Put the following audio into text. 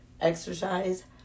Exercise